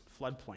floodplain